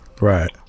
Right